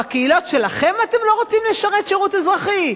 בקהילות שלכם אתם לא רוצים לשרת שירות אזרחי?